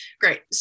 great